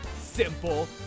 simple